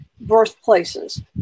birthplaces